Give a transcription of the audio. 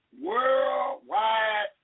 worldwide